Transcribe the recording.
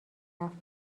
رفت